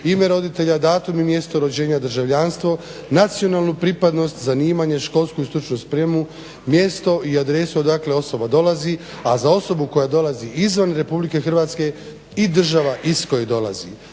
ime roditelja, datum i mjesto rođenja državljanstvo, nacionalnu pripadnost, zanimanje, školsku stručnu spremu, mjesto i adresu odakle osoba dolazi, a za osobu koja dolazi izvan RH i država iz koje dolazi,